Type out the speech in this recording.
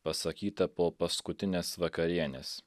pasakytą po paskutinės vakarienės